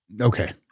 Okay